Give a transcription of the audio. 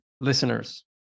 Listeners